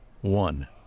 One